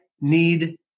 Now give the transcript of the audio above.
need